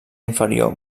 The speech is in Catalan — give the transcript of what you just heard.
inferior